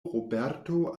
roberto